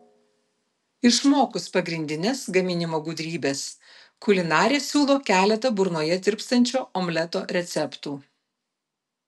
išmokus pagrindines gaminimo gudrybes kulinarė siūlo keletą burnoje tirpstančio omleto receptų